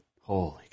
Holy